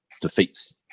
defeats